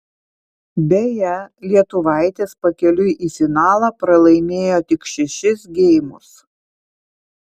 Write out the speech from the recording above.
beje lietuvaitės pakeliui į finalą pralaimėjo tik šešis geimus